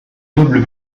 noble